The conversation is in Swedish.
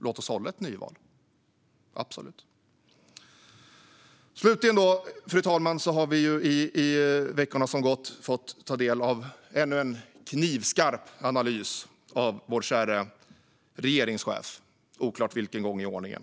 Låt oss hålla ett nyval! Det kan vi absolut göra. Slutligen har vi, fru talman, under veckorna som gått fått ta del av ännu en knivskarp analys från vår käre regeringschef. Det är oklart vilken gång i ordningen.